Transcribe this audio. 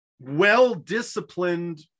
well-disciplined